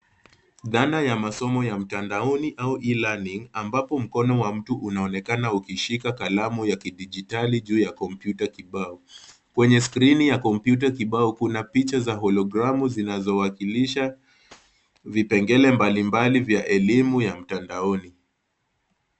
Dhana ya masomo ya mtandaoni au E-Learning ambapo mkono wa mtu unaonekana ukishika kalamu ya kidijitali juu ya kompyuta kibao. Kwenye skrini ya kompyuta kibao kuna picha za hologramu zinazowakilisha vipengele mbalimbali vya elimu ya mtandaoni.